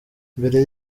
mbere